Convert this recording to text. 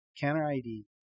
Counter-ID